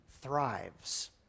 thrives